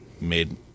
made